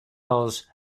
mills